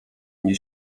mnie